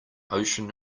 ocean